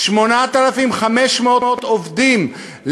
8,500 עובדים,